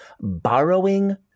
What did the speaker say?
borrowing